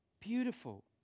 Beautiful